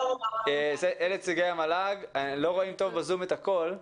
אלה נציגי המל"ג, לא רואים בזום את הכול,